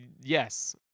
yes